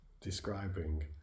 describing